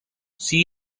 see